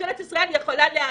שממשלת ישראל יכולה להכיל,